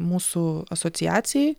mūsų asociacijai